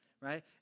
right